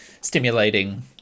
stimulating